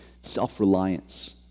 self-reliance